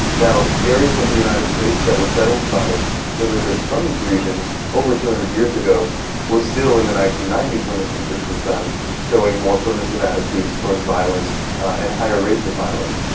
areas of the united states that were settled by immigrants from these regions over two hundred years ago were still in the nineteen ninety s when this research was done showing more permissive attitudes towards violence and higher rates of violence.